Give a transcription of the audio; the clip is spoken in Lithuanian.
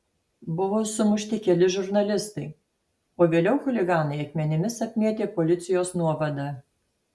buvo sumušti keli žurnalistai o vėliau chuliganai akmenimis apmėtė policijos nuovadą